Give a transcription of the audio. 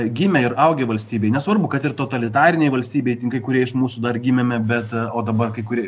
gimę ir augę valstybėj nesvarbu kad ir totalitarinėj valstybėj ten kai kurie iš mūsų dar gimėme bet o dabar kai kurie